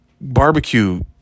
barbecue